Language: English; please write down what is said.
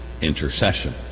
intercession